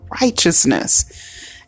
righteousness